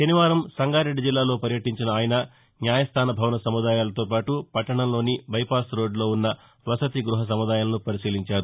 శనివారం సంగారెడ్డి జిల్లాలో పర్యటించిన ఆయన న్యాయస్థాన భవన సముదాయాలతోపాటు పట్టణంలోని బైపాస్ రోడ్లులో ఉన్న వసతి గ్బహ సముదాయాలను పరిశీలించారు